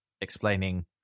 explaining